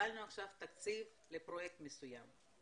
קיבלנו עכשיו תקציב לפרויקט מסוים,